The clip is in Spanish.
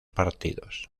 partidos